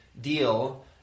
deal